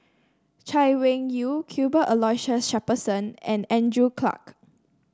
Chay Weng Yew Cuthbert Aloysius Shepherdson and Andrew Clarke